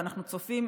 ואנחנו צופים,